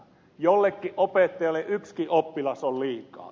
jollekin opettajalle yksikin oppilas on liikaa